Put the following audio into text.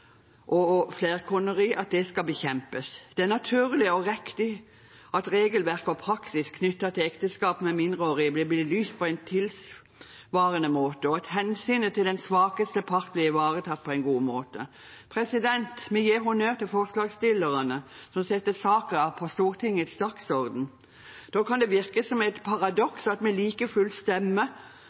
og kulturer der dette er vanligere og til dels akseptert. Vi er glad for at Granavolden-plattformen er tydelig på at tvangsekteskap og flerkoneri skal bekjempes. Det er naturlig og riktig at regelverk og praksis knyttet til ekteskap med mindreårig blir belyst på en tilsvarende måte, og at hensynet til den svakeste part blir ivaretatt på en god måte. Vi gir honnør til forslagsstillerne som setter saken på Stortingets dagsorden. Da kan